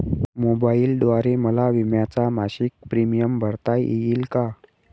मोबाईलद्वारे मला विम्याचा मासिक प्रीमियम भरता येईल का?